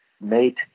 made